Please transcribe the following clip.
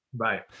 Right